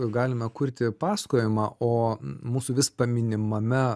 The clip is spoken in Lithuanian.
galime kurti pasakojimą o mūsų vis paminimame